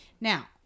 Now